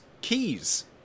Keys